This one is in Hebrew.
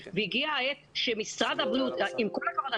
והגיעה העת שמשרד הבריאות עם כל הכבוד,